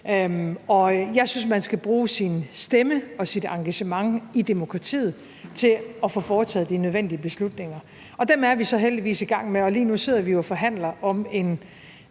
Jeg synes, man skal bruge sin stemme og sit engagement i demokratiet til at få foretaget de nødvendige beslutninger. Dem er vi så heldigvis i gang med, og lige nu sidder vi jo og forhandler om at